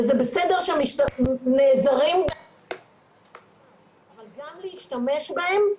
וזה בסדר שהם נעזרים --- אבל גם להשתמש בהם,